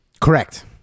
Correct